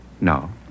No